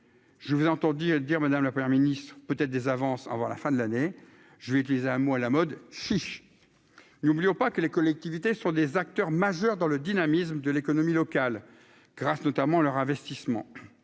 je vous ai entendu dire Madame le 1er Ministre peut-être des avances avant la fin de l'année, je vais utiliser un mot à la mode, chiche, n'oublions pas que les collectivités sont des acteurs majeurs dans le dynamisme de l'économie locale grâce notamment leur investissement